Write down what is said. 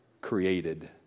created